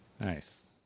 Nice